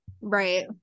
right